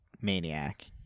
maniac